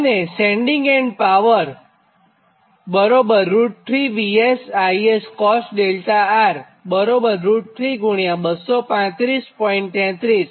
અને sending end power બરાબર √3 VS IScos δR √3235